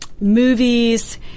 Movies